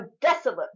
desolate